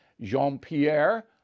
Jean-Pierre